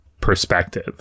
perspective